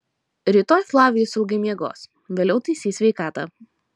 rytoj flavijus ilgai miegos vėliau taisys sveikatą